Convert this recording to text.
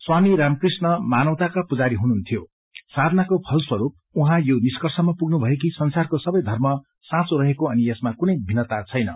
स्वामी रामकृष्ण मानवताको पुजारी हुनुहुन्थ्यो साधनाको फलस्वरूप उहाँ यो निर्ष्कषमा पुग्नुभयो कि संसारको सबै धर्म साँचो रहेको अनि यसमा कुनै भिन्नता छैन